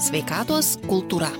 sveikatos kultūra